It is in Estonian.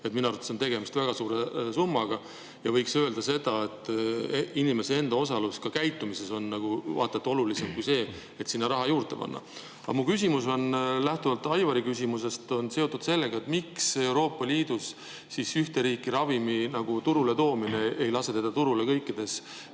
Minu arvates on tegemist väga suure summaga ja võiks öelda seda, et inimese enda osalus ka käitumises on vaata et olulisem kui see, et sinna raha juurde panna. Aga mu küsimus lähtuvalt Aivari küsimusest on seotud sellega, et miks Euroopa Liidus ühte riiki ravimi turule toomine ei lase teda turule kõikides